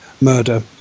murder